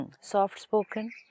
Soft-spoken